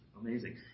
Amazing